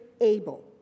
able